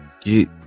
get